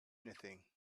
anything